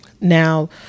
Now